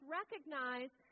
recognize